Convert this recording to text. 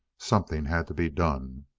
something had to be done.